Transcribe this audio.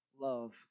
love